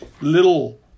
little